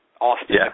Austin